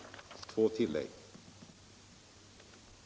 Herr talman!